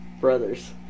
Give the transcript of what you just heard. brothers